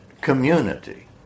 community